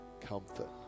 comfort